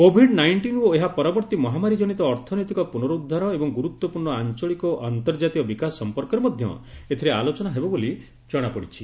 Covid nineteen ଓ ଏହା ପରବର୍ତ୍ତୀ ମହାମାରୀଜନିତ ଅର୍ଥନୈତିକ ପୁନରୁଦ୍ଧାର ଏବଂ ଗୁରୁତ୍ୱପୂର୍ଣ୍ଣ ଆଞ୍ଚଳିକ ଓ ଅନ୍ତର୍ଜାତୀୟ ବିକାଶ ସମ୍ପର୍କରେ ମଧ୍ୟ ଏଥିରେ ଆଲୋଚନା ହେବ ବୋଲି ଜଣାପଡ଼ିଛି